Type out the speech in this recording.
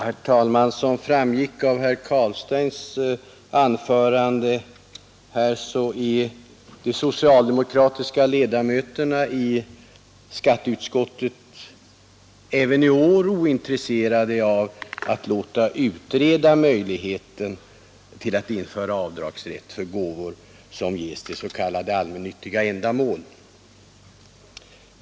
Herr talman! Som framgick av herr Carlsteins anförande är de socialdemokratiska ledamöterna i skatteutskottet även i år ointresserade av att låta utreda frågan om möjligheterna att införa avdragsrätt för gåvor som ges till s.k. allmännyttiga ändamål.